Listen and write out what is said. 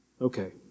Okay